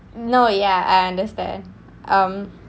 no ya I understand um